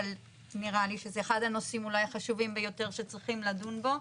אבל נראה לי שזה אולי אחד הנושאים אולי החשובים ביותר שצריכים לדון בו.